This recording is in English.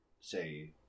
say